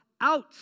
out